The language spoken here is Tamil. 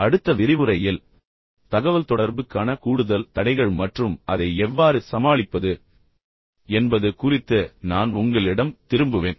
அடுத்த விரிவுரையில் தகவல்தொடர்புக்கான கூடுதல் தடைகள் மற்றும் அதை எவ்வாறு சமாளிப்பது என்பது குறித்து நான் உங்களிடம் திரும்புவேன்